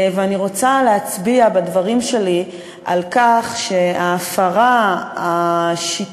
ואני רוצה להצביע בדברים שלי על כך שההפרה השיטתית,